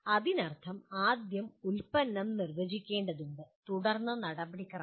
അതിനർത്ഥം ആദ്യം ഉൽപ്പന്നം നിർവചിക്കേണ്ടതുണ്ട് തുടർന്ന് നടപടിക്രമം